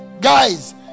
guys